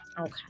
Okay